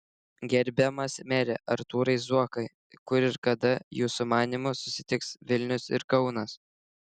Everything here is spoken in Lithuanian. gerbiamas mere artūrai zuokai kur ir kada jūsų manymu susitiks vilnius ir kaunas